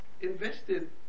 invested